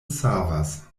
savas